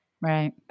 right